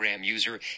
user